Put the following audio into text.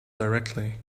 directly